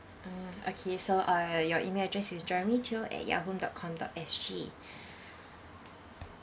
um okay so uh your email address is jeremy teo at yahoo dot com dot S_G